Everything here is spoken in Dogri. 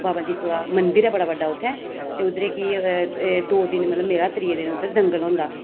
बाबा जित्तो दा मंदिर ऐ बड़ा बड्डा उत्थै ते उद्धर कि दो दिन मेला मतलब उत्थै मेला त्रियै दिन उत्थै दंगल होंदा